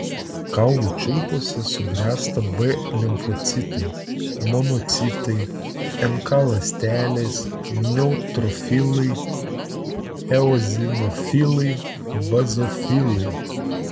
kaulų čiulpuose subręsta b limfocitai monocitai nk ląstelės neutrofilai eozinofilai bazofilai